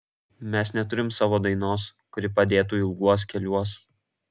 mes neturim savo dainos kuri padėtų ilguos keliuos